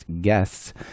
guests